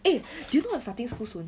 eh do you know I'm starting school soon